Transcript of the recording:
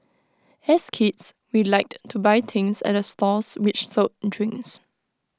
as kids we liked to buy things at the stalls which sold drinks